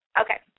Okay